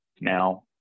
now